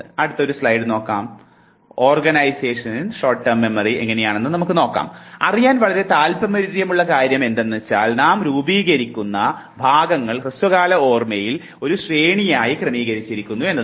അറിയാൻ വളരെ താൽപ്പര്യമുള്ള കാര്യമെന്തെന്നാൽ നാം രൂപീകരിക്കുന്ന ഭാഗങ്ങൾ ഹ്രസ്വകാല ഓർമ്മയിൽ ഒരു ശ്രേണിയായി ക്രമീകരിച്ചിരിക്കുന്നു എന്നതാണ്